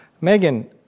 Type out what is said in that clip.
Megan